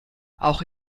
auch